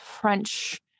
french